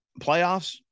playoffs